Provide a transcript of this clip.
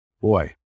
Boy